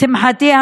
לשמחתי,